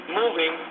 moving